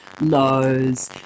lows